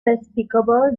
despicable